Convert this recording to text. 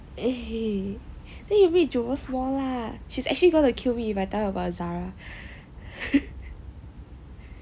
then you meet jewels more lah she's actually going to kill me if I tell her about zara